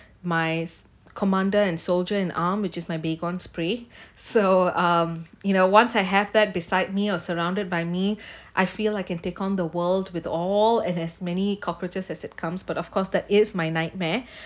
my s~ commander and soldier and arm which is my baygon spray so um you know once I have that beside me or surrounded by me I feel I can take on the world with all as as many cockroaches as it comes but of course that is my nightmare